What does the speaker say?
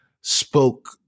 spoke